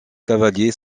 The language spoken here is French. cavalier